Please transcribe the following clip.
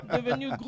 devenu